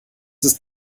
ist